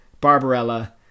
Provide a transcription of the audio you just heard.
barbarella